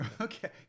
okay